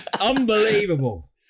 Unbelievable